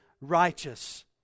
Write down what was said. righteous